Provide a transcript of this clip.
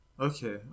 Okay